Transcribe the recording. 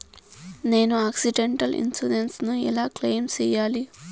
నేను accidental insurance ను ఎలా క్లెయిమ్ సేయాలి?